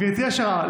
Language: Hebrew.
גברתי השרה,